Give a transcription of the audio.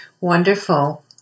Wonderful